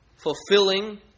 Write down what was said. Fulfilling